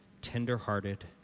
tender-hearted